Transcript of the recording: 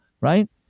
right